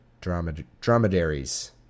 Dromedaries